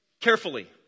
carefully